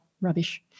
rubbish